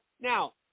now